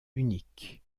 unique